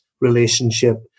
relationship